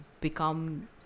become